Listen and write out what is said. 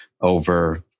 over